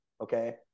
okay